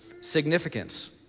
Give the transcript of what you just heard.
significance